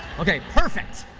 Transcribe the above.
okay, perfect.